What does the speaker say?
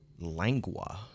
Langua